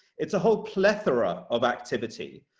it's a whole plethora of activity,